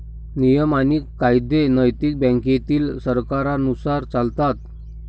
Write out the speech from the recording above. नियम आणि कायदे नैतिक बँकेतील सरकारांनुसार चालतात